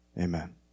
Amen